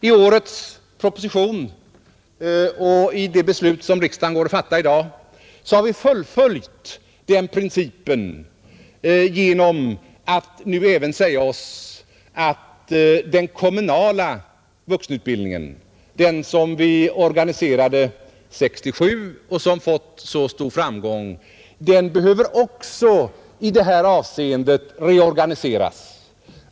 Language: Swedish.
I årets proposition och i det beslut som riksdagen går att fatta i dag har vi fullföljt den principen genom att nu även säga oss att den kommunala vuxenutbildningen, den som vi organiserade 1967 och som fått så stor framgång, också i detta avseende behöver reorganiseras.